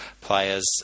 players